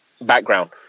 background